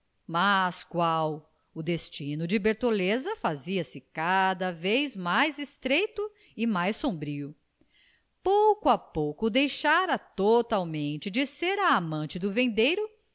mas qual o destino de bertoleza fazia-se cada vez mais estrito e mais sombrio pouco a pouco deixara totalmente de ser a amante do vendeiro